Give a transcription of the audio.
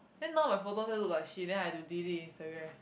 then now my photos there look like shit then I have to delete Instagram